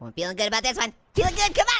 um feeling good about this one, feeling good, come on.